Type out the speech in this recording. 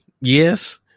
yes